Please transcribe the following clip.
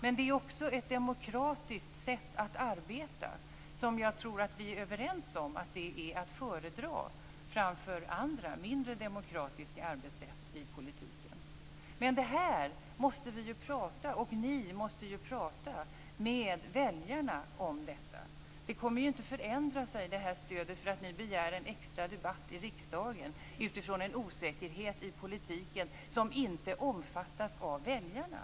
Men det är också ett demokratiskt sätt att arbeta som, det tror jag att vi är överens om, är att föredra framför andra, mindre demokratiska, arbetssätt i politiken. Men vi måste, och ni måste, ju prata med väljarna om det här. Det här stödet kommer inte att förändras för att ni begär en extra debatt i riksdagen utifrån en osäkerhet i politiken som inte uppfattas av väljarna.